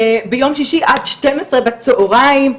ביום שישי עד שתים עשרה בצהריים,